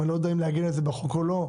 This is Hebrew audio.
אני לא יודע אם לעגן את זה בחוק או לא,